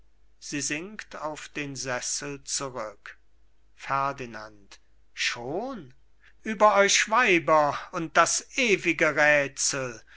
sie sinkt auf den sessel zurück ferdinand schon über euch weiber und das ewige räthsel